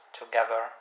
together